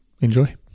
enjoy